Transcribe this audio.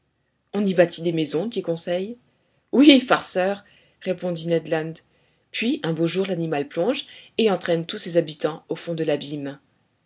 on y bâtit des maisons dit conseil oui farceur répondit ned land puis un beau jour l'animal plonge et entraîne tous ses habitants au fond de l'abîme